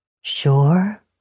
Sure